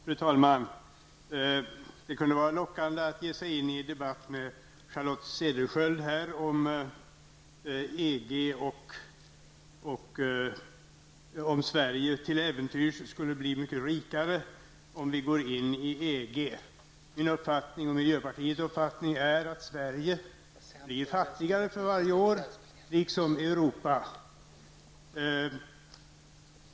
Fru talman! Det kan vara lockande att ge sig in i en debatt med Charlotte Cederschiöld om EG och om huruvida Sverige till äventyrs skulle bli mycket rikare om Sverige skulle gå med i EG. Min och miljöpartiets uppfattning är att Sverige, liksom Europa, blir fattigare för varje år.